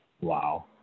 Wow